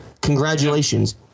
Congratulations